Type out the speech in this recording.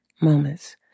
moments